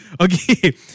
Okay